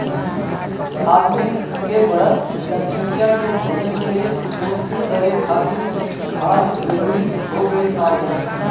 आदमिन के बढ़त जनसंख्या के भोजन के पूर्ति करे खातिर खाद जरूरी हो गइल बाटे